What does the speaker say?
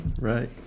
Right